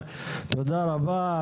תודה רבה.